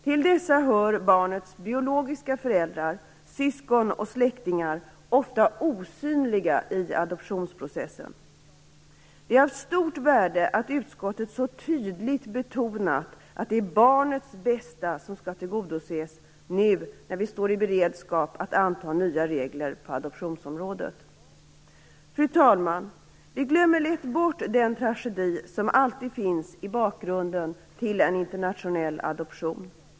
Till dessa hör barnets biologiska föräldrar, syskon och släktingar, ofta osynliga i adoptionsprocessen. Det är av stort värde att utskottet så tydligt betonat att det är barnets bästa som skall tillgodoses nu när vi står i beredskap att anta nya regler på adoptionsområdet. Fru talman! Vi glömmer lätt bort den tragedi som alltid finns i bakgrunden till en internationell adoption.